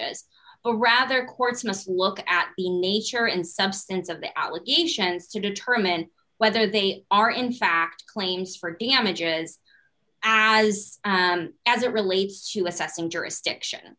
must look at the nature and substance of the allegations to determine whether they are in fact claims for damages as as it relates to assessing jurisdiction